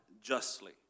justly